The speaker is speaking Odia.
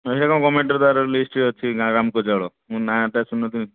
ଏଇଟା କ'ଣ ଗଭ୍ମେଣ୍ଟ୍ର ତା'ର ଲିଷ୍ଟ୍ରେ ଅଛି ରାମକୋ ଚାଉଳ ମୁଁ ନାଁ'ଟା ଶୁଣିନଥିଲି